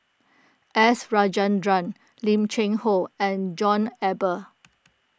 S Rajendran Lim Cheng Hoe and John Eber